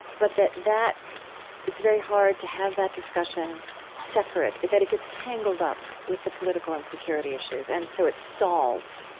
but that that it's very hard to have that discussion separate, that it gets tangled up with the political and security issues, and so it stalls.